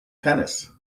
tennis